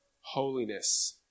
holiness